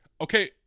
okay